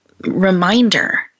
reminder